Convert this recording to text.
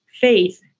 faith